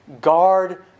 Guard